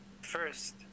First